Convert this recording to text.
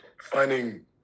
finding